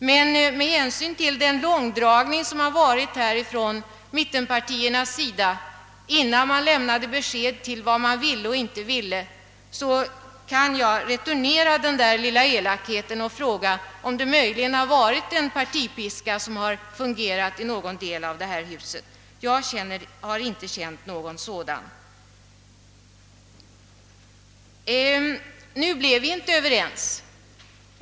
Men med hänsyn till den långdragning som förekom från mittenpartiernas sida, innan de lämnade besked om vad de ville och inte ville, så kan jag returnera den där lilla elakheten och fråga, om partipiskan möjligen använts på det hållet. Jag för min del har, som jag framhöll, inte känt någon partipiska. Nu blev vi inte överens.